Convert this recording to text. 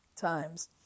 times